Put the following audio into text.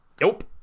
Nope